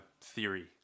theory